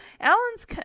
Alan's